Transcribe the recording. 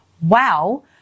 Wow